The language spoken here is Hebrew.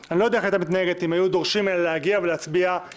אני לא יודע איך היא הייתה מתנהגת אם היו דורשים ממנה להגיע ולהצביע